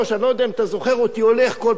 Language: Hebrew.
אני לא יודע אם אתה זוכר אותי הולך כל פעם,